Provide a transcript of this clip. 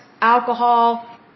alcohol